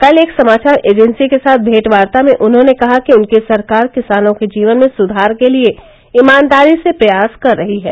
कल एक समाचार एजेंसी के साथ भेंटवार्ता में उन्होंने कहा कि उनकी सरकार किसानों के जीवन में सुधार के लिए ईमानदारी से प्रयास कर रही है